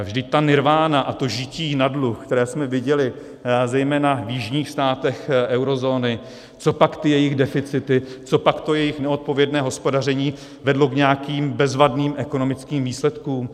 Vždyť ta nirvána a to žití na dluh, které jsme viděli zejména v jižních státech Eurozóny, copak ty jejich deficity, copak to jejich neodpovědné hospodaření vedlo k nějakým bezvadným ekonomickým výsledkům?